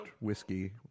whiskey